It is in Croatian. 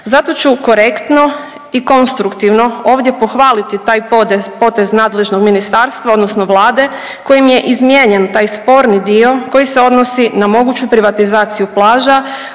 Zato ću korektno i konstruktivno ovdje pohvaliti taj potez nadležnog ministarstva odnosno Vlade kojim je izmijenjen taj sporni dio koji se odnosi na moguću privatizaciju plaža,